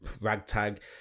ragtag